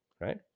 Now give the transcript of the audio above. right